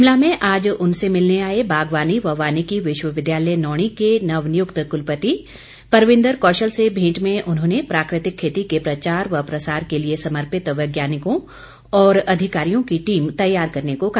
शिमला में आज उनसे मिलने आए बागवानी व वानिकी विश्वविद्यालय नौणी के नवनियुक्त कुलपति परविन्द्र कौशल से भेंट में उन्होंने प्राकृतिक खेती के प्रचार व प्रसार के लिए समर्पित वैज्ञानिकों व अधिकारियों की टीम तैयार करने को कहा